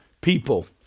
people